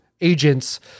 agents